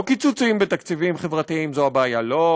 לא קיצוצים בתקציבים חברתיים הם הבעיה, לא,